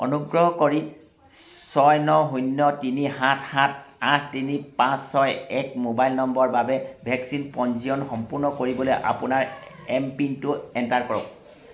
অনুগ্ৰহ কৰি ছয় ন শূন্য তিনি সাত সাত আঠ তিনি পাঁচ ছয় এক মোবাইল নম্বৰৰ বাবে ভেকচিনৰ পঞ্জীয়ন সম্পূৰ্ণ কৰিবলৈ আপোনাৰ এমপিনটো এণ্টাৰ কৰক